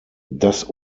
das